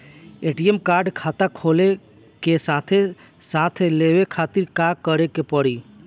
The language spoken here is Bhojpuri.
ए.टी.एम कार्ड खाता खुले के साथे साथ लेवे खातिर का करे के पड़ी?